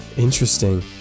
Interesting